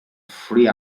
free